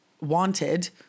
wanted